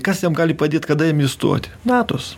kas jam gali padėt kada jam įstoti natos